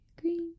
Green